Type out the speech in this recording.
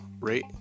rate